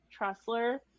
Tressler